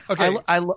Okay